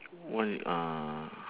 one uh